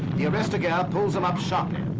the arresting gear pulls them up sharply.